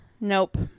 Nope